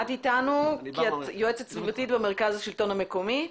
את איתנו כי את יועצת סביבתית במרכז השלטון המקומי.